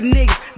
Niggas